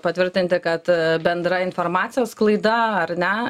patvirtinti kad bendra informacijos sklaida ar ne